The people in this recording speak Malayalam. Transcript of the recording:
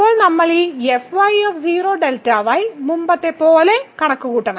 ഇപ്പോൾ നമ്മൾ ഈ മുമ്പത്തെപ്പോലെ കണക്കുകൂട്ടണം